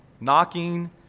knocking